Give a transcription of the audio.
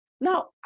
now